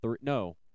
No